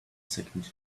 second